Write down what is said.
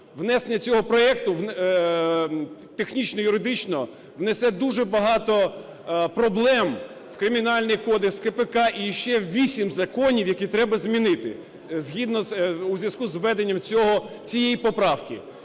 внесення цього проекту технічно, юридично несе дуже багато проблем – Кримінальний кодекс, КПК і ще 8 законів, які треба змінити у зв'язку з введенням цього… цієї поправки